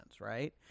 right